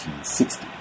1860